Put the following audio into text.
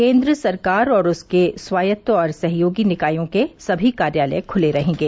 केन्द्र सरकार उसके स्वायत्त और सहयोगी निकायों के सभी कार्यालय खुले रहेंगे